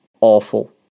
awful